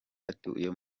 atuye